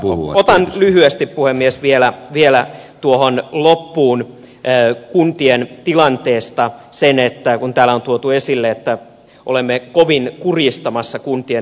otan lyhyesti puhemies vielä loppuun kuntien tilanteesta kun täällä on tuotu esille että olemme kovin kurjistamassa kuntien tilannetta